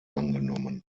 angenommen